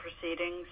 proceedings